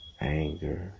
anger